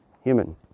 human